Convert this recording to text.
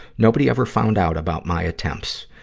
nobody ever found out about my attempts.